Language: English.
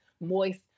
moist